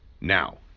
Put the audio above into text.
now